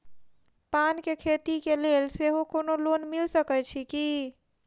पान केँ खेती केँ लेल सेहो कोनो लोन मिल सकै छी की?